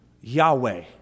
Yahweh